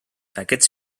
aquests